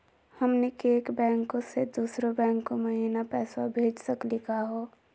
हमनी के एक बैंको स दुसरो बैंको महिना पैसवा भेज सकली का हो?